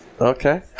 Okay